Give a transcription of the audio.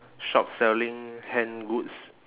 shop selling hand goods